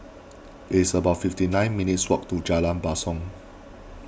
it's about fifty nine minutes' walk to Jalan Basong